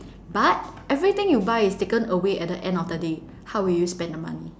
but everything you buy is taken away at the end of the day how would you spend the money